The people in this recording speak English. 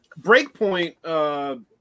breakpoint